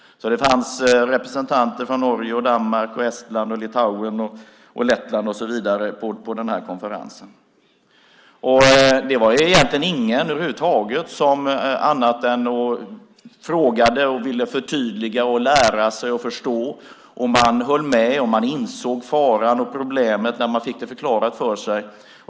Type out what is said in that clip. Det fanns representanter från Norge, Danmark, Estland, Litauen, Lettland och så vidare på den här konferensen. Det var egentligen ingen över huvud taget som gjorde annat än att fråga och som ville få förtydligat och lära sig förstå. Man höll med, och man insåg faran och problemet när man fick det här förklarat för sig.